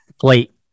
plate